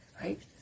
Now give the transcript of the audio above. right